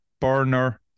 Burner